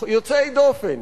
יוצאי דופן,